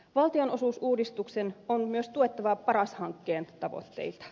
valtionosuusuudistuksen on myös tuettava paras hankkeen tavoitteita